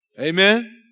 Amen